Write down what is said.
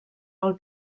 del